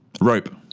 rope